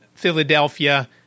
Philadelphia